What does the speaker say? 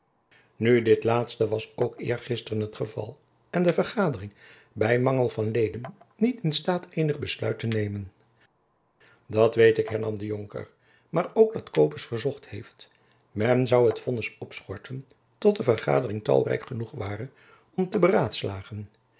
nu dit laatste was ook eergisteren het geval en de vergadering by mangel van leden niet in staat eenig besluit te nemen dat weet ik hernam de jonker maar ook dat copes verzocht heeft men zoû het vonnis opschorten tot de vergadering talrijk genoeg ware om te beraadslagen